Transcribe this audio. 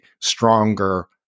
stronger